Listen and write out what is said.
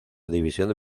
división